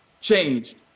changed